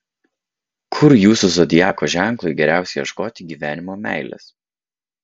kur jūsų zodiako ženklui geriausia ieškoti gyvenimo meilės